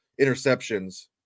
interceptions